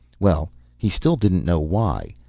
well he still didn't know why,